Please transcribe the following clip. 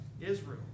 Israel